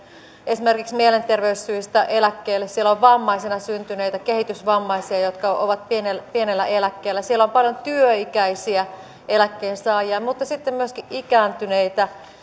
esimerkiksi mielenterveyssyistä eläkkeelle siellä on vammaisena syntyneitä kehitysvammaisia jotka ovat pienellä pienellä eläkkeellä siellä on paljon työikäisiä eläkkeensaajia mutta sitten myöskin ikääntyneitä